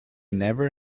never